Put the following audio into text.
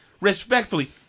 Respectfully